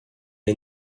est